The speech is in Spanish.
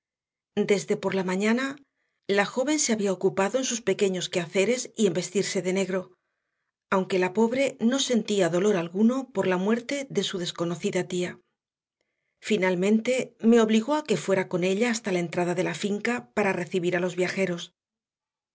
desde por la mañana la joven se había ocupado en sus pequeños quehaceres y en vestirse de negro aunque la pobre no sentía dolor alguno por la muerte de su desconocida tía finalmente me obligó a que fuera con ella hasta la entrada de la finca para recibir a los viajeros